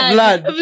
Blood